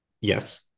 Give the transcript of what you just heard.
yes